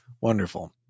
wonderful